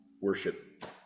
worship